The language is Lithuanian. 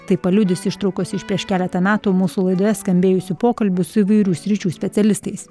tai paliudys ištraukos iš prieš keletą metų mūsų laidoje skambėjusių pokalbių su įvairių sričių specialistais